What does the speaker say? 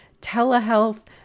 telehealth